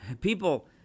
People